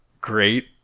great